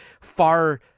far-